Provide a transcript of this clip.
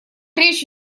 речь